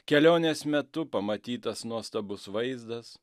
kelionės metu pamatytas nuostabus vaizdas